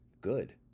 good